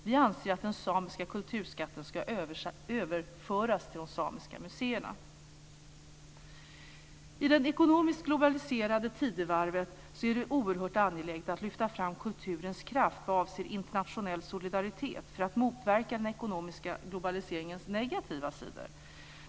Vi anser att den samiska kulturskatten ska överföras till de samiska museerna. I det ekonomiskt globaliserade tidevarvet är det oerhört angeläget att lyfta fram kulturens kraft vad avser internationell solidaritet för att motverka den ekonomiska globaliseringens negativa sidor.